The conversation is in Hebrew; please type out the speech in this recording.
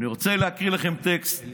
אני רוצה להקריא לכם טקסט,